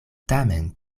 tamen